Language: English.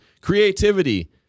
creativity